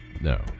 No